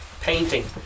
painting